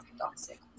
toxic